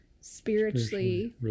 spiritually